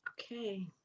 Okay